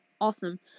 awesome